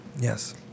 Yes